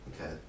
Okay